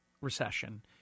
recession